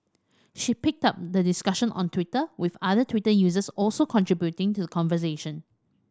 she picked up the discussion on Twitter with other Twitter users also contributing to conversation